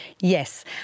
Yes